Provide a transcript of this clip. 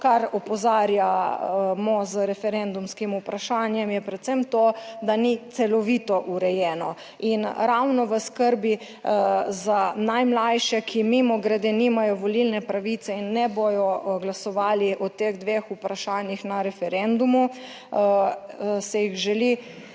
Kar opozarjamo z referendumskim vprašanjem, je predvsem to, da ni celovito urejeno in ravno v skrbi za najmlajše, ki mimogrede nimajo volilne pravice in ne bodo glasovali o teh dveh vprašanjih na referendumu, se jih želi